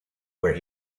where